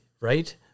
Right